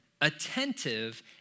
attentive